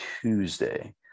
Tuesday